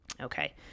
Okay